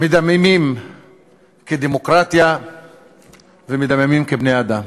מדממים כדמוקרטיה ומדממים כבני-אדם.